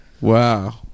Wow